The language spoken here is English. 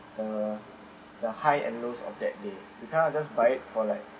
uh the high and lows of that day you kind of just buy it for like